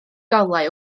golau